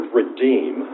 redeem